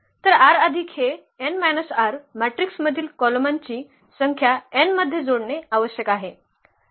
तर R अधिक हे n R मॅट्रिक्समधील कॉलमांची संख्या n मध्ये जोडणे आवश्यक आहे